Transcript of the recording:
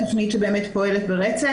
תכנית שבאמת פועלת ברצף?